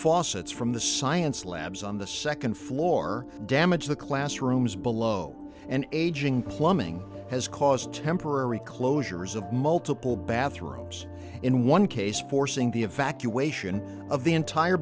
faucets from the science labs on the nd floor damaged the classrooms below and aging plumbing has caused temporary closures of multiple bathrooms in one case forcing the evacuation of the entire